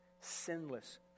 sinless